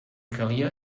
calia